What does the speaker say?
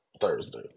Thursday